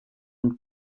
und